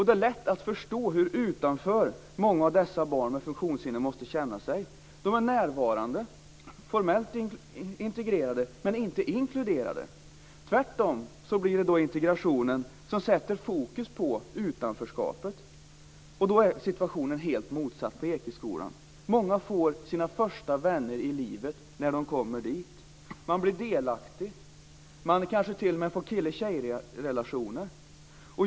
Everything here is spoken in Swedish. Det är lätt att förstå hur utanför många av dessa barn med funktionshinder måste känna sig. De är närvarande, formellt integrerade, men inte inkluderade. Tvärtom sätter integrationen fokus på utanförskapet. Situationen är helt motsatt på Ekeskolan. Många får sina första vänner i livet när de kommer dit. De blir delaktiga. De får kanske t.o.m. kille-tjejrelationer.